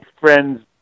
friends